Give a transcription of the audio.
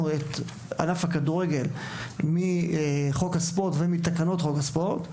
את ענף הכדורגל מחוק הספורט ומתקנות חוק הספורט,